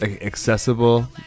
accessible